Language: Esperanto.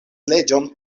leĝon